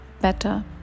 better